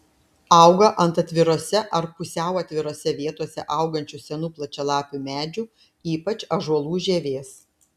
auga ant atvirose ar pusiau atvirose vietose augančių senų plačialapių medžių ypač ąžuolų žievės